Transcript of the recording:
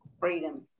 Freedom